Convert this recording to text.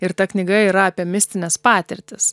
ir ta knyga yra apie mistines patirtis